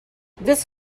this